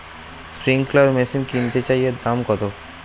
Sprinkler machine কিনতে চাই এর দাম কত?